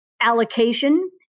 allocation